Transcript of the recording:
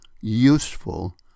useful